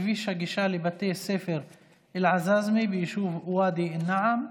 כביש הגישה לבתי ספר אלעזאזמה ביישוב ואדי א-נעם.